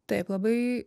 taip labai